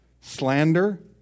slander